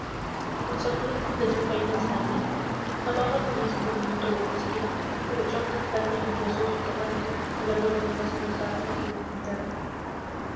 monsalud desenvainó el sable navarro no hizo movimiento alguno hostil pero echando atrás el embozo de su capa negra alargó la mano sin otra arma que una linterna